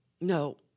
No